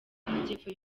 majyepfo